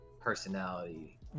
personality